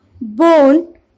bone